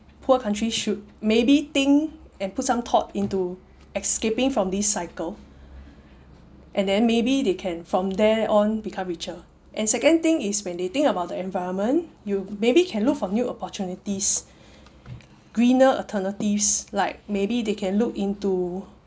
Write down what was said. poor countries should maybe think and put some thought into escaping from this cycle and then maybe they can from there on become richer and second thing is when they think about the environment you maybe can look for new opportunities greener alternatives like maybe they can look into